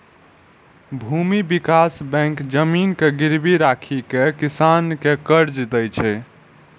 भूमि विकास बैंक जमीन के गिरवी राखि कें किसान कें कर्ज दै छै